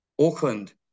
Auckland